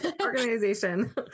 Organization